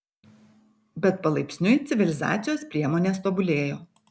bet palaipsniui civilizacijos priemonės tobulėjo